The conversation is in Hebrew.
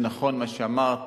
נכון מה שאמרת,